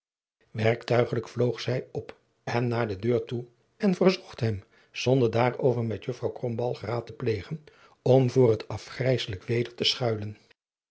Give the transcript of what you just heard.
werktuigelijk vloog zij op en naar de deur toe en verzocht hem zonder daarover met juffr krombalg raad te plegen om voor het asgrijsselijk weder te schuilen